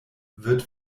wird